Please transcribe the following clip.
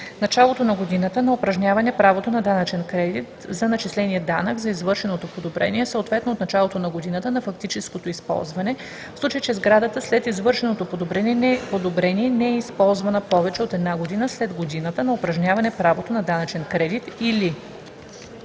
началото на годината на упражняване правото на данъчен кредит за начисления данък за извършеното подобрение, съответно от началото на годината на фактическото използване, в случай че сградата след извършеното подобрение не е използвана повече от една година след годината на упражняване правото на данъчен кредит, или